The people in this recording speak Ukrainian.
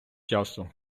часу